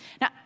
now